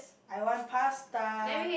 I want pasta